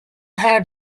had